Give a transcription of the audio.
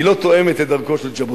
היא לא תואמת את דרכו של ז'בוטינסקי